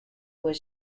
was